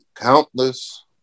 countless